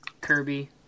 kirby